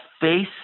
face